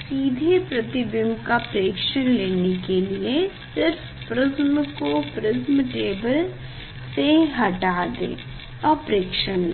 सीधे प्रतिबिंब का प्रेक्षण लेने के लिए सिर्फ प्रिस्म को प्रिस्म टेबल से हटा दें और प्रेक्षण ले लें